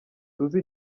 tuzi